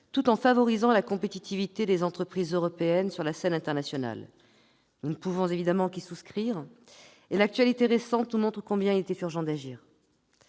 tout en favorisant la compétitivité des entreprises européennes sur la scène internationale. Nous ne pouvons évidemment que souscrire à cet objectif. Et l'actualité récente nous montre combien il était urgent d'agir.